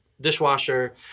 dishwasher